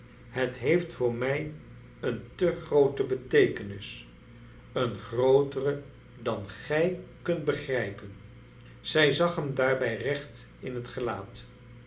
het heeft voor mij een te groote beteekenis een grootere dan gij kunt begrijpen zij zag hem daarbij recht in het gelaat